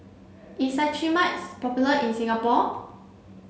is Cetrimide is popular in Singapore